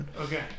okay